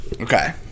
Okay